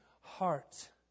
heart